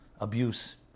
abuse